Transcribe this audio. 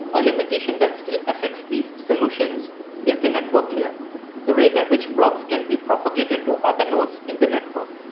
a limitation that still affects these solutions is the network layer the rate at which blocks can be propagated to other nodes in the network.